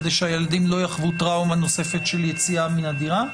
כדי שהילדים לא יחוו טראומה נוספת של יציאה מן הדירה.